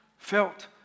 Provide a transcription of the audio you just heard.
Felt